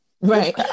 right